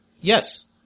yes